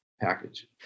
package